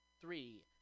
Three